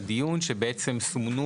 שבו סומנו